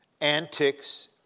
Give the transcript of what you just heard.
antics